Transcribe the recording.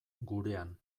gurean